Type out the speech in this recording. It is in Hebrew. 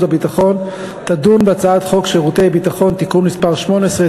והביטחון תדון בהצעת חוק שירותי ביטחון (תיקון מס' 18)